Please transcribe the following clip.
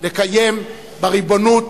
בריבונות,